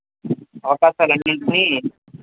అవకాశాలు అన్నింటిని